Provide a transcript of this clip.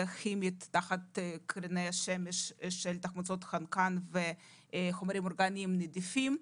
כימית תחת קרני השמש עם תחמוצות חנקן וחומרים אורגניים נדיפים.